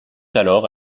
alors